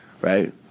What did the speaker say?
right